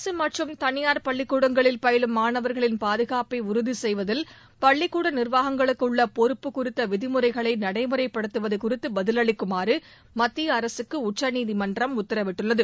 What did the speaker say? அரசு மற்றும் தனியார் பள்ளிக்கூடங்களில் பயிலும் மாணவர்களின் பாதுகாப்பை உறுதி செய்வதில் பள்ளிக்கூட நிர்வாகங்களுக்கு உள்ள பொறுப்பு குறித்த விதிமுறைகளை நடைமுறைப்படுத்துவது குறித்து பதிலளிக்குமாறு மத்திய அரசுக்கு உச்சநீதிமன்றம் உத்தரவிட்டுள்ளது